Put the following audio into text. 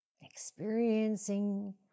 Experiencing